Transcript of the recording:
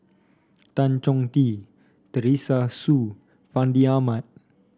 Tan Chong Tee Teresa Hsu Fandi Ahmad